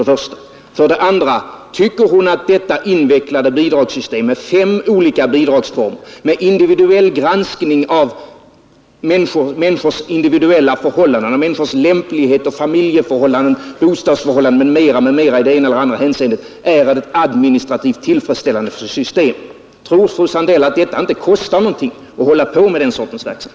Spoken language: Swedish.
Tycker fröken Sandell att detta invecklade bidragssystem med fem olika bidragsformer och granskning av människors individuella förhållanden, lämplighet, familjeförhållanden, bostadsförhållanden m.m., är ett administrativt tillfredsställande system; och tror fröken Sandell att det inte kostar någonting att hålla på med den sortens verksamhet?